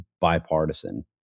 bipartisan